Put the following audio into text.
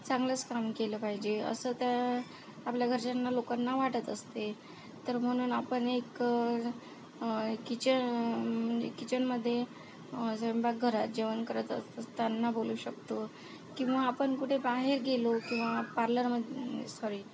चांगलंच काम केलं पाहिजे असं त्या आपल्या घरच्यांना लोकांना वाटत असते तर म्हणून आपण एक किचन म्हणजे किचनमध्ये स्वयंपाकघरात जेवण करत असताना बोलू शकतो किंवा आपण कुठे बाहेर गेलो किंवा पार्लरमध् सॉरी